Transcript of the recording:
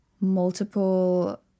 multiple